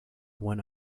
went